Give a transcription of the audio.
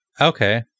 Okay